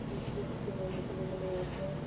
ਮੂਸੇ ਅਤੇ ਮੁਸਲਿਮ ਲੋਕ